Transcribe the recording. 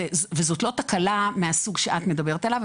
וזאת לא תקלה מהסוג שאת מדברת עליו.